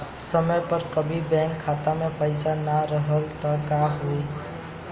समय पर कभी बैंक खाता मे पईसा ना रहल त का होई?